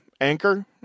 anchor